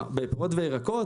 למה הוא זוכה לכבוד הזה?